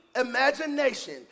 imagination